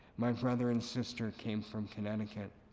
my brother and sister came from connecticut.